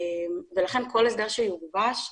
לכן כל הסדר שיגובש,